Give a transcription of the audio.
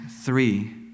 three